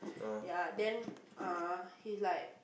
ya then err he like